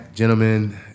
Gentlemen